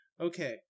okay